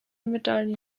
medaille